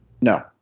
No